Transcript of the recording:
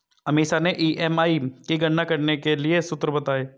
अमीषा ने ई.एम.आई की गणना करने के लिए सूत्र बताए